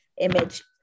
image